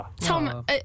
Tom